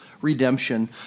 redemption